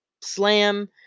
slam